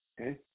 Okay